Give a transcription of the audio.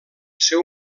seu